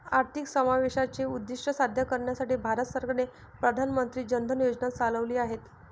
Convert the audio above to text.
आर्थिक समावेशाचे उद्दीष्ट साध्य करण्यासाठी भारत सरकारने प्रधान मंत्री जन धन योजना चालविली आहेत